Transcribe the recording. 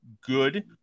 good